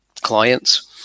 clients